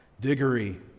Diggory